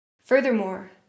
Furthermore